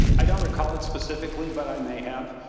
i don't recall it specifically but i may have.